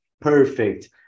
perfect